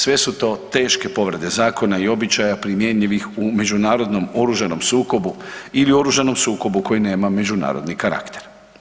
Sve su to teške povrede zakona i običaja primjenjivih u međunarodnom oružanom sukobu ili oružanom sukobu koji nema međunarodni karakter.